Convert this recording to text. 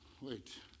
Wait